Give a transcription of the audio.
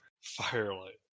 Firelight